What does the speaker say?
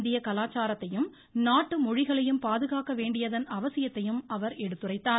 இந்திய கலாச்சாரத்தையும் நாட்டு மொழிகளையும் பாதுகாக்க வேண்டியதன் அவசியத்தையும் அவர் எடுத்துரைத்தார்